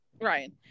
Ryan